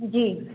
जी